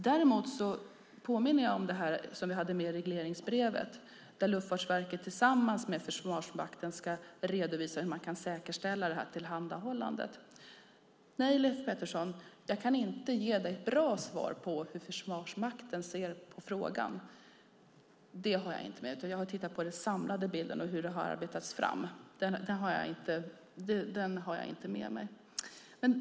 Jag vill påminna om det som fanns med i regleringsbrevet, att Luftfartsverket tillsammans med Försvarsmakten ska redovisa hur man kan säkerställa detta tillhandahållande. Nej, Leif Pettersson, jag kan inte ge dig ett bra svar på hur Försvarsmakten ser på frågan. Det har jag inte med, utan jag har tittat på den samlade bilden. Hur det här har arbetats fram har jag inte med mig.